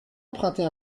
emprunter